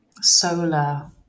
solar